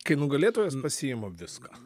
kai nugalėtojas pasiima viską